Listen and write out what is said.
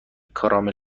کارامل